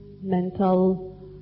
mental